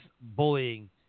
bullying